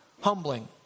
Humbling